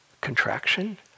contraction